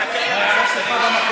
זה לא בעיה